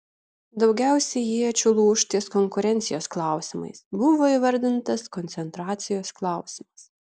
daugiausiai iečių lūš ties konkurencijos klausimais buvo įvardintas koncentracijos klausimas